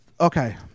Okay